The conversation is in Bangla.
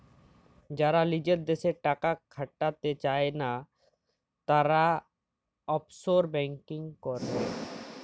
যারা লিজের দ্যাশে টাকা খাটাতে চায়না, তারা অফশোর ব্যাঙ্কিং করেক